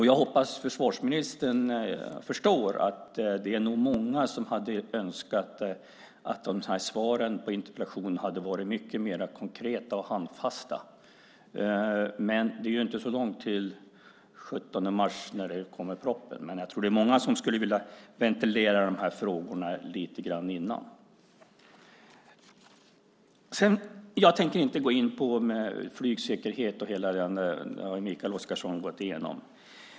Jag hoppas att försvarsministern förstår att det nog är många som hade önskat att svaren på interpellationen hade varit mycket mer konkreta och handfasta. Det är inte så långt till den 17 mars, när propositionen kommer. Men jag tror att det är många som skulle vilja ventilera de här frågorna lite grann innan dess. Jag tänker inte gå in på flygsäkerhet - det har ju Mikael Oscarsson gått igenom.